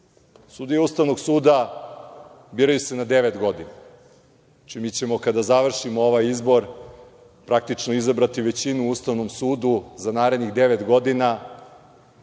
Sudije Ustavnog suda biraju se na devet godina. Znači, mi ćemo, kad završimo ovaj izbor, praktično izabrati većinu u Ustavnom sudu za narednih devet godina